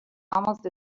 almost